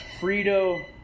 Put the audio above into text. Frito